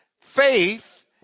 Faith